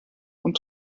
und